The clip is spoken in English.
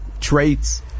traits